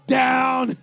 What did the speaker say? down